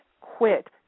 quit